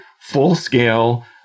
full-scale